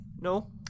No